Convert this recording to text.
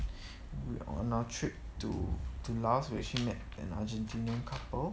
we on our trip to to laos we actually met an argentinian couple